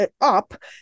up